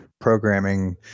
programming